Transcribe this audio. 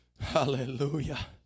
Hallelujah